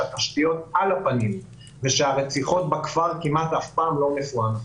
שהתשתיות על הפנים ושהרציחות בכפר כמעט אף פעם לא מפוענחות.